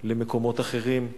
למקומות אחרים.